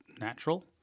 natural